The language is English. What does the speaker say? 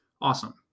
awesome